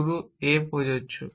শুরু a প্রযোজ্য